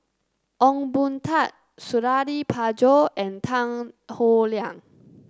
Ong Boon Tat Suradi Parjo and Tan Howe Liang